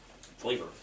flavor